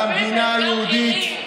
על המדינה היהודית.